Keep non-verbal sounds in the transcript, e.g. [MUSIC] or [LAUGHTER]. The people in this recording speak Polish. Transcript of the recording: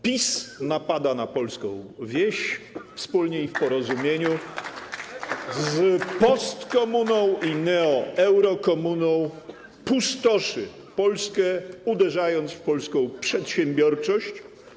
PiS napada na polską wieś [APPLAUSE] wspólnie i w porozumieniu z postkomuną i neoeurokomuną, pustoszy Polskę, uderzając w polską przedsiębiorczość.